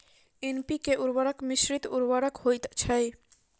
NPK उर्वरक मिश्रित उर्वरक होइत छै